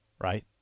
right